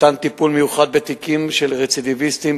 טיפול מיוחד בתיקים של רצידיביסטים,